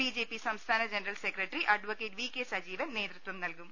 B J P സംസ്ഥാന general secretary അഡ V K Sajeevan നേതൃത്വം നൽകും